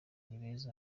beza